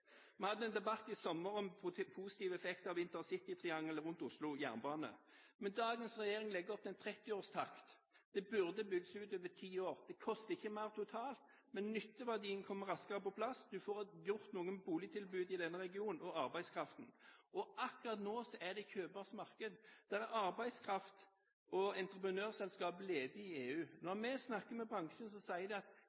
Vi hadde en debatt i sommer om de positive effekter av intercitytriangelet rundt Oslo jernbane. Men dagens regjering legger opp til en 30-årstakt. Det burde bygges ut over ti år. Det koster ikke mer totalt, men nytteverdien kommer raskere på plass. Du får gjort noe med boligtilbudet i denne regionen og arbeidskraften. Akkurat nå er det kjøpers marked. Det er arbeidskraft og entreprenørselskap ledig i EU.